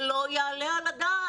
זה לא יעלה על הדעת.